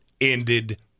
ended